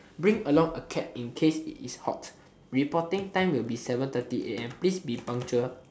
bring along a cap in case it is hot reporting time will be seven thirty am please be punctual